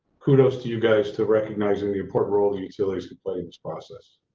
kudos to you guys to recognize and the important role, the utilities complaints process.